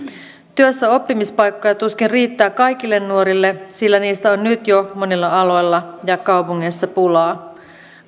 työssäoppimispaikkoja tuskin riittää kaikille nuorille sillä niistä on nyt jo monilla aloilla ja kaupungeissa pulaa